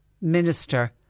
minister